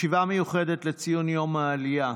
ישיבה מיוחדת לציון יום העלייה.